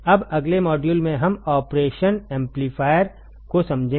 अब अगले मॉड्यूल में हम ऑपरेशन एम्पलीफायर को समझेंगे